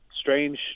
strange